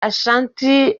ashanti